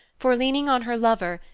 for, leaning on her lover,